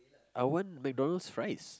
I want McDonald's fries